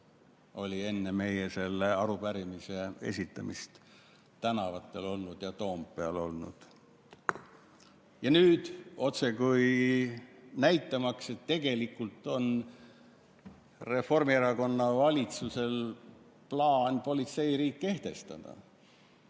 enne meie arupärimise esitamist tänavatel ja Toompeal olnud. Ja nüüd, otsekui näitamaks, et tegelikult on Reformierakonna valitsusel plaan politseiriik kehtestada,